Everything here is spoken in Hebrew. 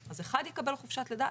אז אחד יקבל חופשת לידה,